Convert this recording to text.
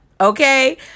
Okay